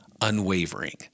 unwavering